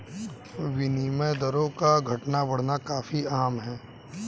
विनिमय दरों का घटना बढ़ना काफी आम है